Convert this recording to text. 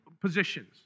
positions